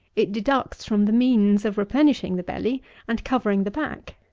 it deducts from the means of replenishing the belly and covering the back.